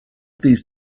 these